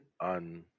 on